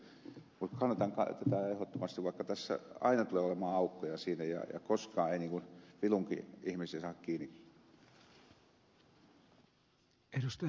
mutta kannatan tätä ehdottomasti vaikka tässä aina tulee olemaan aukkoja ja koskaan ei vilunki ihmisiä saada kiinni